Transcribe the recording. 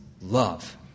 love